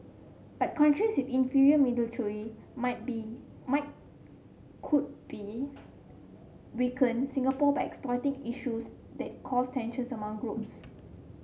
but countries inferior military might be might could be weaken Singapore by exploiting issues that cause tensions among groups